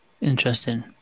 Interesting